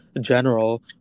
general